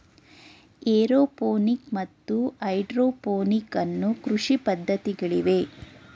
aeroponic ಮತ್ತು hydroponic ಅನ್ನೂ ಕೃಷಿ ಪದ್ಧತಿಗಳಿವೆ